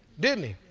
didn't